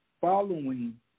following